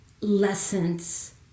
lessons